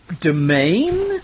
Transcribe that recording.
domain